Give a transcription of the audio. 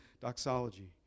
doxology